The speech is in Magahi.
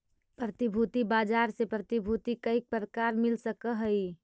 प्रतिभूति बाजार से प्रतिभूति कईक प्रकार मिल सकऽ हई?